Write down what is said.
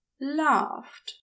laughed